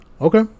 Okay